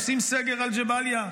עושים סגר על ג'באליה,